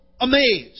amazed